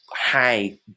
high